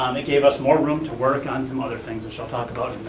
um it gave us more room to work on some other things which i'll talk about